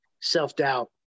self-doubt